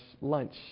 lunch